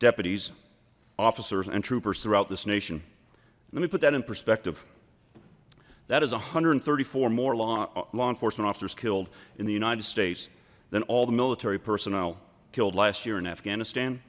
deputies officers and troopers throughout this nation let me put that in perspective that is a hundred and thirty four more law law enforcement officers killed in the united states than all the military personnel killed last year in afghanistan